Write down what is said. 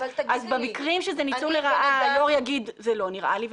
אז במקרים שזה ניצול לרעה היו"ר יגיד זה לא נראה לי,